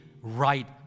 right